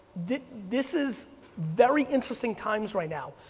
this this is very interesting times right now.